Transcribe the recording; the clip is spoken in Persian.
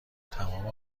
تمام